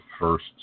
first